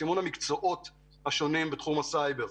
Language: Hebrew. המקצועות השונים בתחום הסייבר.